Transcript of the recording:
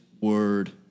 word